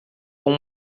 com